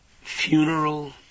funeral